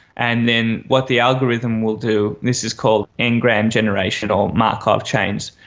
and then what the algorithm will do, this is called n-gram generation or markov chains,